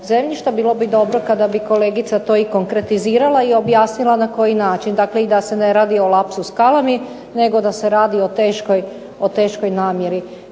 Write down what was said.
zemljišta. Bilo bi dobro kada bi kolegica to i konkretizirala i objasnila na koji način, dakle i da se ne radi o lapsus calami nego da se radi o teškoj namjeri.